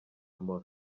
mpora